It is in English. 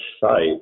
site